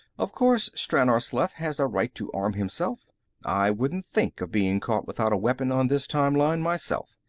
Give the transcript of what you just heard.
of course stranor sleth has a right to arm himself i wouldn't think of being caught without a weapon on this time-line, myself.